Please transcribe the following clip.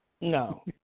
no